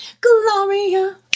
Gloria